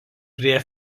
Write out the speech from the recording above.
prie